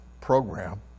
program